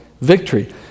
victory